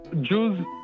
Jews